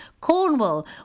Cornwall